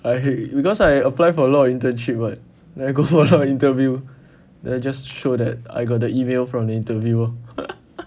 I because I apply for a lot of internship [what] then I go interview then I just show that I got the email from the interviewer